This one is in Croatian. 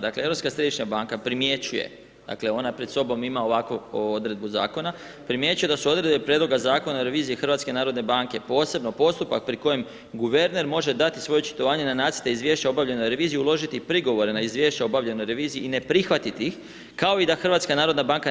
Dakle Europska središnja banka primjećuje, dakle ona pred sobom ima ovakvu odredbu zakona, primjećuje da su odredbe prijedloga zakona revizije HNB-a posebno postupak pri kojem guverner može dati svoje očitovanje na nacrte izvješća obavljene revizije, uložiti i prigovore na obavljanoj reviziji i ne prihvatiti ih kao i da HNB